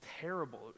terrible